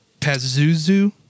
Pazuzu